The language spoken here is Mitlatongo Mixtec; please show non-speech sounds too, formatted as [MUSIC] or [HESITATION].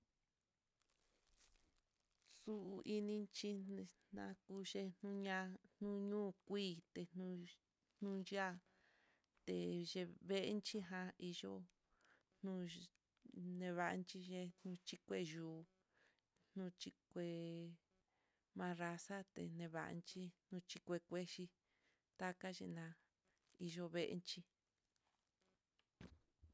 Xuu ininchi nakuc [HESITATION] uña'a, nunukuite nux nuya'á teyevenchi já ahiyo nux nevachi neyon xhikuee yuu no xhikué, marraxate nevanchí nuc [HESITATION] uexhi, taxhi na'a iyoo veenchí.